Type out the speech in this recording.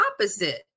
opposite